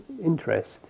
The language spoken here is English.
interest